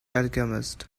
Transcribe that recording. alchemist